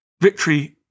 Victory